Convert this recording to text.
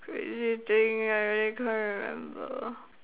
crazy thing I really can't remember